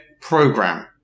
program